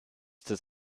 des